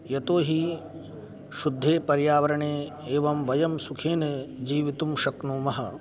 यतोहि शुद्धे पर्यावरणे एवं वयं सुखेन जीवितुं शक्नुमः